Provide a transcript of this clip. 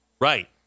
Right